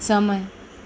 સમય